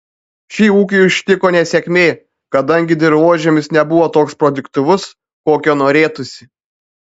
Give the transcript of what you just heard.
šį ūkį ištiko nesėkmė kadangi dirvožemis nebuvo toks produktyvus kokio norėtųsi